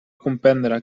comprendre